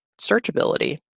searchability